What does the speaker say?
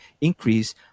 increase